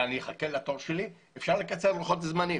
ואני אחכה לתור שלי, אפשר לקצר לוחות זמנים.